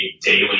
daily